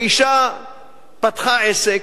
האשה פתחה עסק,